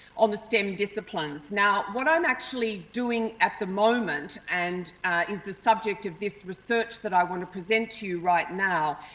on the stem disciplines. now, what i'm actually doing at the moment and is the subject of this research that i want to present to you right now,